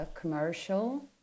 commercial